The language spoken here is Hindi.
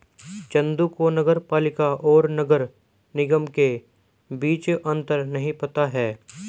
चंदू को नगर पालिका और नगर निगम के बीच अंतर नहीं पता है